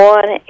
One